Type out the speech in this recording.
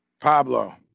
Pablo